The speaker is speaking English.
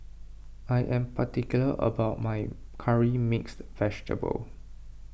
I am particular about my Curry Mixed Vegetable